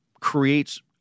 creates